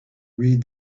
read